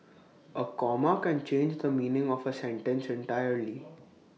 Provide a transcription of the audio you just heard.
A comma can change the meaning of A sentence entirely